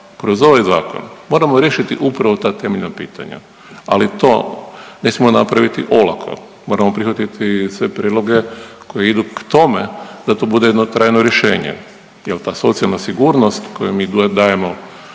kroz ovaj zakon moramo riješiti upravo ta temeljna pitanja, ali to ne smijemo napraviti olako, moramo prihvatiti i sve prijedloge koji idu k tome da to bude jedno trajno rješenje jel ta socijalna sigurnost koju mi dajemo